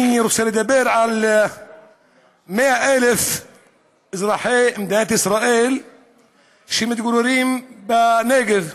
אני רוצה לדבר על 100,000 אזרחי מדינת ישראל שמתגוררים בנגב,